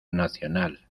nacional